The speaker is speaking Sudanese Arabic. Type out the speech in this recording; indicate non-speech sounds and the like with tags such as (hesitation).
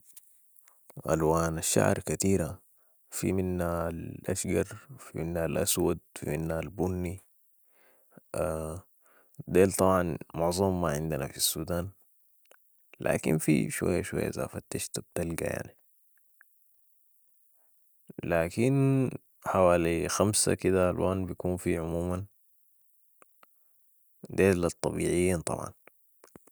الوان الشعر كتيرة، في منها الاشقر، في منها الاسود، في منها البني، (hesitation) ديل طبعا معظمهم ما عندنا في السودان، لكن في شوية اذا فتشت بتلقى يعني، لكن حوالي خمسة كدة لوان بيكون في عموماً. ديل الطبيعيين طبعاً.